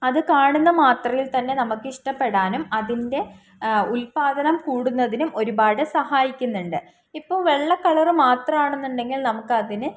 അത് കാണുന്ന മാത്രയിൽ തന്നെ നമുക്കിഷ്ടപ്പെടാനും അതിൻ്റെ ഉൽപാദനം കൂടുന്നതിനും ഒരുപാട് സഹായിക്കുന്നുണ്ട് ഇപ്പോൾ വെള്ളക്കളർ മാത്രമാണെന്നുണ്ടെങ്കിൽ നമുക്കതിന്